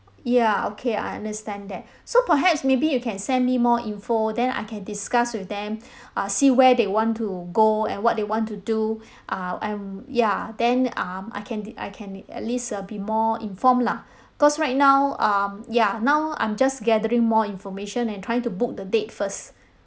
ya okay I understand that so perhaps maybe you can send me more info then I can discuss with them uh see where they want to go and what they want to do uh and ya then um I can d~ I can at least uh be more informed lah cause right now um ya now I'm just gathering more information and trying to book the date first